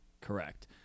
Correct